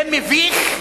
זה מביך,